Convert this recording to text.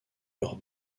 leurs